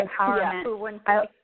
empowerment